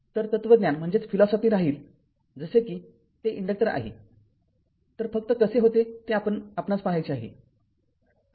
तर तत्त्वज्ञान राहील जसे कि ते इन्डक्टर आहेतर फक्त कसे होते ते आपणास पाहायचे आहे